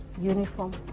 uniform.